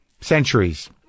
centuries